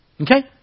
Okay